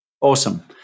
Awesome